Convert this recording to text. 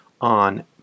on